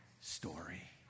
story